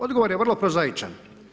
Odgovor je vrlo prozaičan.